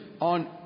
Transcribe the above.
on